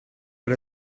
per